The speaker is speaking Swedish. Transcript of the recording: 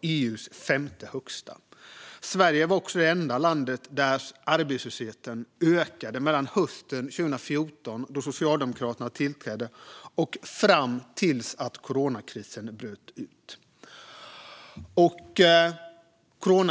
EU:s femte högsta. Sverige var också det enda landet där arbetslösheten ökade från hösten 2014, då Socialdemokraterna tillträdde, fram tills coronakrisen bröt ut. Fru talman!